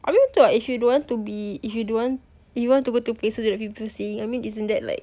I mean true what if you don't want to be if you don't want if you want to go to places that people I mean isn't that like